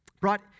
Brought